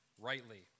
rightly